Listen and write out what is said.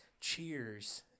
Cheers